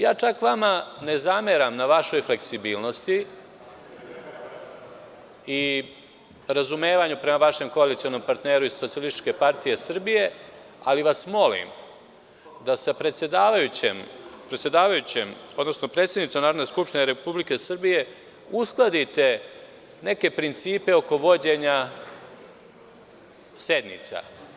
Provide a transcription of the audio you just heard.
Ja čak vama ne zameram na vašoj fleksibilnosti i razumevanju prema vašem koalicionom partneru iz Socijalističke partije Srbije, ali vas molim da sa predsednicom Narodne skupštine Republike Srbije uskladite neke principe oko vođenja sednica.